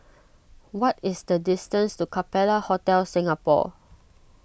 what is the distance to Capella Hotel Singapore